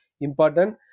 important